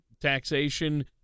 Taxation